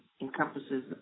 encompasses